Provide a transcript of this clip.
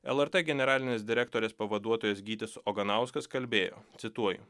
lrt generalinės direktorės pavaduotojas gytis oganauskas kalbėjo cituoju